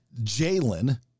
Jalen